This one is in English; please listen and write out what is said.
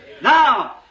Now